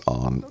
on